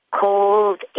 cold